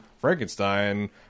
Frankenstein